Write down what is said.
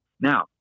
Now